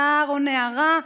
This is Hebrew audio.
נער או נערה,